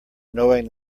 knowing